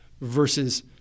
versus